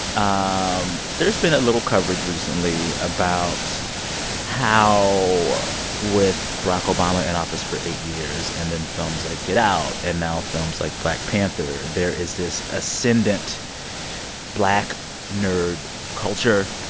um there's been a little coverage recently about how with barack obama in office for eight years and then films like get out and now films like black panther, there is this ascendant black nerd culture.